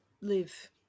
live